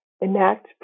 enact